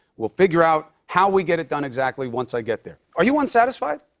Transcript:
we'll figure out how we get it done exactly once i get there. are you unsatisfied?